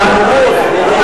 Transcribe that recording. מה תודה?